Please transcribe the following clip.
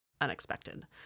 unexpected